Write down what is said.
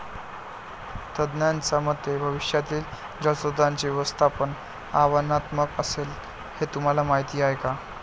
तज्ज्ञांच्या मते भविष्यात जलस्रोतांचे व्यवस्थापन आव्हानात्मक असेल, हे तुम्हाला माहीत आहे का?